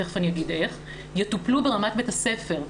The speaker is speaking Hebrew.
מיד אגיד איך יטופלו ברמת בית הספר,